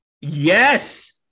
Yes